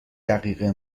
دقیقه